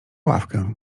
ławkę